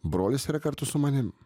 brolis yra kartu su manim